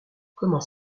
comment